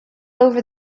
over